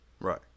Right